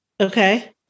Okay